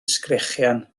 sgrechian